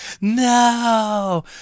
no